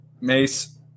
Mace